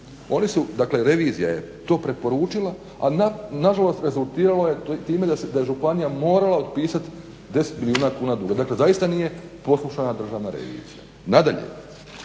Dakle revizija je to preporučila, a nažalost rezultiralo je time da je županija morala otpisati 10 milijuna kuna duga. Dakle zaista nije poslušana Državna revizija. Nadalje,